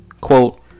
quote